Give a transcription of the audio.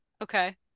Okay